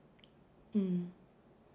mm